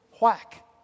Whack